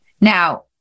Now